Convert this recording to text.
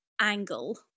angle